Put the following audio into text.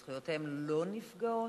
זכויותיהם לא נפגעות?